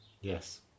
Yes